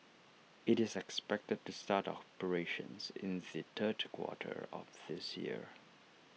IT is expected to start operations in the third quarter of this year